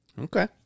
Okay